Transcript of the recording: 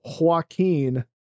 joaquin